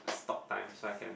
stop time so I can